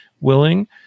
willing